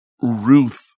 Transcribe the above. Ruth